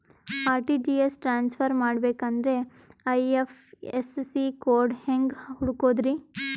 RTGS transfer ಮಾಡಬೇಕೆಂದರೆ IFSC code ಹೆಂಗ್ ಹುಡುಕೋದ್ರಿ?